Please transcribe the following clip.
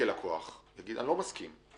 כלקוח לא מסכים.